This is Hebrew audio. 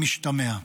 במשתמע.